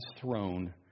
throne